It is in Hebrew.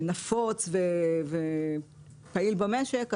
זה אמצעי תשלום שהוא מאוד מאוד נפוץ ופעיל במשק,